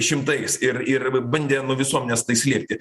šimtais ir ir bandė nuo visuomenės tai slėpti